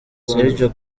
sergio